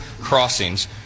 crossings